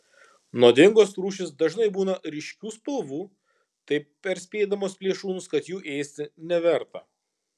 nuodingos rūšys dažnai būna ryškių spalvų taip perspėdamos plėšrūnus kad jų ėsti neverta